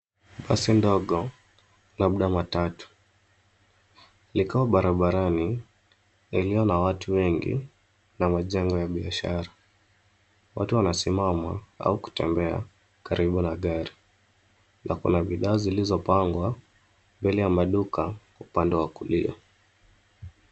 Basi ndogo labda matatu likiwa barabarani iliyo na watu wengi na majengo ya biashara. Watu wanasimama au kutembea karibu na gari na kuna bidhaa zilizopangwa mbele ya maduka kwa upande wa kulia.